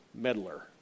meddler